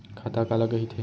खाता काला कहिथे?